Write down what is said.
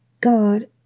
God